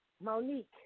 Monique